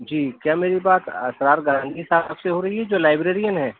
جی کیا میری بات اسرار گاندھی صاحب سے ہو رہی ہے جو لائبریرین ہے